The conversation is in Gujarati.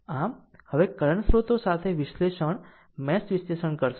આમ હવે કરંટ સ્રોતો સાથે વિશ્લેષણ મેશ વિશ્લેષણ કરશે